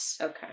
Okay